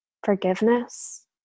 forgiveness